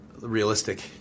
realistic